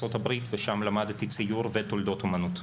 לארצות הברית ששם למדתי ציור ותולדות האומנות.